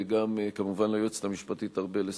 וגם כמובן ליועצת המשפטית ארבל אסטרחן,